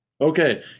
Okay